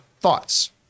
thoughts